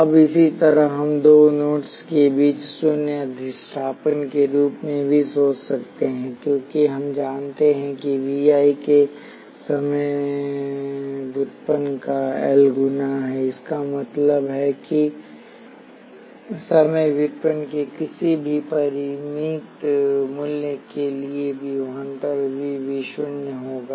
अब इसी तरह हम इसे दो नोड्स के बीच शून्य अधिष्ठापन के रूप में भी सोच सकते हैं क्योंकि हम जानते हैं कि V I के समय व्युत्पन्न का L गुना है इसका मतलब है कि समय व्युत्पन्न के किसी भी परिमित मूल्य के लिए विभवांतर अभी भी 0 होगा